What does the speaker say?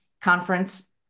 conference